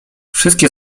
wszystkie